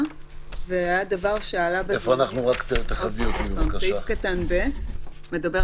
אדוני, עוד פעם, זה נתון לעתירה בבג"ץ, המדינה